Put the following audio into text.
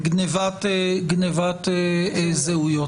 גניבת זהויות.